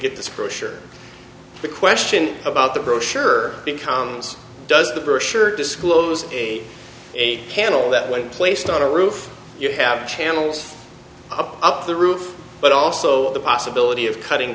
pressure the question about the brochure becomes does the bird sure disclose a candle that when placed on a roof you have channels up up the roof but also the possibility of cutting